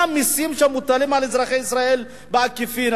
כל המסים שמוטלים על אזרחי ישראל בעקיפין,